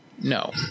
No